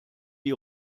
die